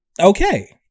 okay